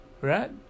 right